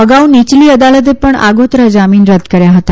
અગાઉ નીયલી અદાલતે પણ આગોતરા જામીન રદ કર્યા હતા